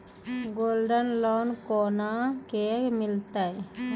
Gold loan कोना के मिलते यो?